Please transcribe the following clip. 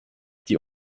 die